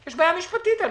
יש בעיה משפטית ועם